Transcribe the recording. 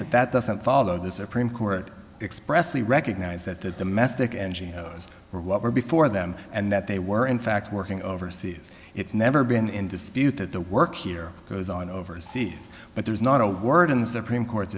but that doesn't follow the supreme court expressly recognize that the domestic n g o s are what were before them and that they were in fact working overseas it's never been in dispute that the work here goes on overseas but there's not a word in the supreme court's